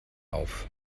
auf